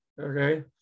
okay